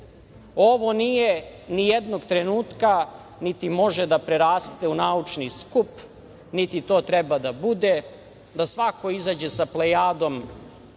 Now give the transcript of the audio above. nijednog trenutka, niti može da preraste u naučni skup, niti to treba da bude, da svako izađe sa plejadom